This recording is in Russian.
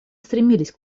стремились